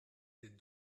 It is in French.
des